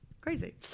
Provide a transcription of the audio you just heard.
crazy